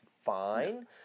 fine